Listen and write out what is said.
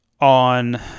on